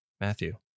Matthew